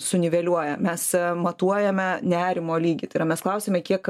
suniveliuoja mes matuojame nerimo lygį tai yra mes klausiame kiek